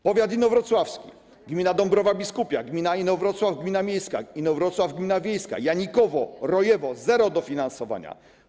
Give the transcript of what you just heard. Powiat inowrocławski: gmina Dąbrowa Biskupia, gmina Inowrocław gmina miejska, Inowrocław gmina wiejska, Janikowo, Rojewo - zero dofinansowania.